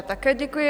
Také děkuji.